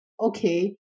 okay